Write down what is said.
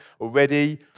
already